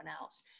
else